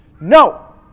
No